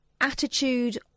attitude